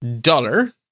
dollar